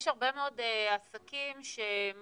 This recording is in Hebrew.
יש הרבה מאוד עסקים שמתייעלים,